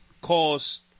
cause